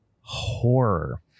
horror